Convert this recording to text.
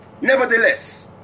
nevertheless